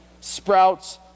sprouts